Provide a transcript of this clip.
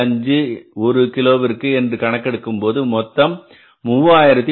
25 ஒரு கிலோவிற்கு என்று கணக்கெடுக்கும் போது மொத்தம் 3378